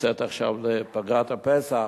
יוצאת עכשיו לפגרת הפסח.